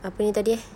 apa yang tadi eh